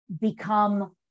become